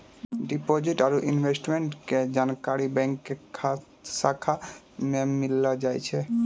deposit आरू investment के जानकारी बैंको के शाखा मे मिली जाय छै